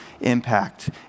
impact